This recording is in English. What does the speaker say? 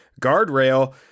guardrail